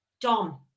Dom